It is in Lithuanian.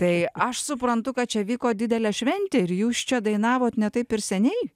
tai aš suprantu kad čia vyko didelė šventė ir jūs čia dainavot ne taip ir seniai